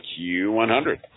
Q100